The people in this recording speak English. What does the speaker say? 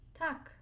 tak